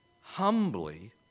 humbly